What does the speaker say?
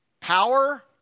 power